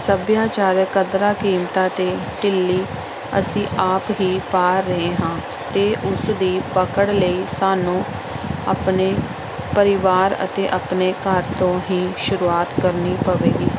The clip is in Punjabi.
ਸੱਭਿਆਚਾਰਕ ਕਦਰਾਂ ਕੀਮਤਾਂ 'ਤੇ ਢਿੱਲੀ ਅਸੀਂ ਆਪ ਹੀ ਪਾ ਰਹੇ ਹਾਂ ਅਤੇ ਉਸ ਦੀ ਪਕੜ ਲਈ ਸਾਨੂੰ ਆਪਣੇ ਪਰਿਵਾਰ ਅਤੇ ਆਪਣੇ ਘਰ ਤੋਂ ਹੀ ਸ਼ੁਰੂਆਤ ਕਰਨੀ ਪਵੇਗੀ